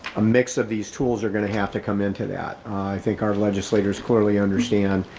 a mix of these tools are gonna have to come into that. i think our legislators clearly understand,